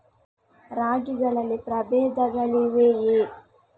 ರಾಗಿಗಳಲ್ಲಿ ಪ್ರಬೇಧಗಳಿವೆಯೇ?